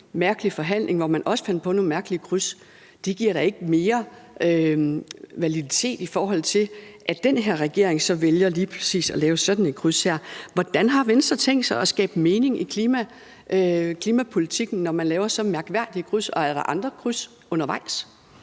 mærkelig forhandling, hvor man også fandt på nogle mærkelige kryds, giver det da ikke mere validitet, i forhold til at den her regering så vælger lige præcis at lave sådan et kryds her. Hvordan har Venstre tænkt sig at skabe mening i klimapolitikken, når man laver så mærkværdige kryds, og er der andre kryds undervejs?